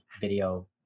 video